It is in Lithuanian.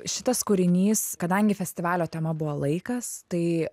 šitas kūrinys kadangi festivalio tema buvo laikas tai